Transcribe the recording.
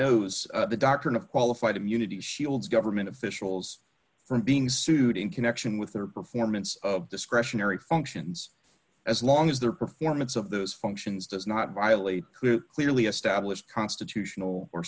knows the doctrine of qualified immunity shields government officials from being sued in connection with their performance of discretionary functions as long as their performance of those functions does not violate who clearly established constitutional or